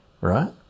right